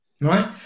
right